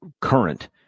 current